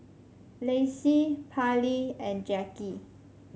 Lacy Parlee and Jackie